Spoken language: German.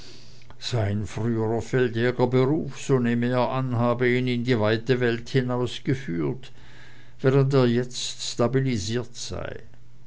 früherer feldjägerberuf so nehme er an habe ihn in die weite welt hinausgeführt während er jetzt stabiliert sei